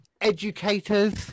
educators